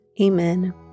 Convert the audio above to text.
Amen